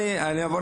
אני אשמח להתייחס.